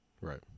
Right